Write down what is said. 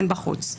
הן בחוץ.